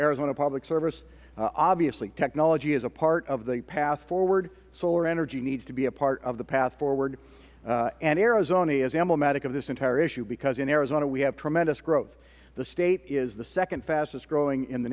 arizona public service obviously technology is a part of the path forward solar energy needs to be a part of the path forward and arizona is emblematic of this entire issue because in arizona we have tremendous growth the state is the second fastest growing in the